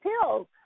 pills